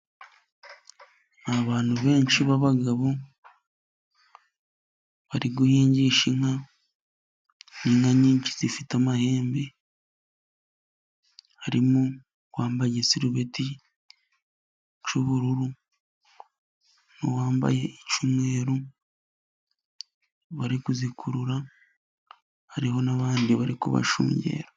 Abantu benshi b'abagabo bari guhingisha inka, inka nyinshi zifite amahembe, harimo uwambaye igisarubeti cy'ubururu, n'uwambaye icy'umweru, bari kuzikurura hariho n'abandi bari kubashungera.